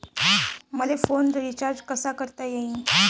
मले phone recharge कसा करता येईन?